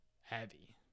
heavy